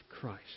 Christ